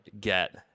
get